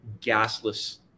gasless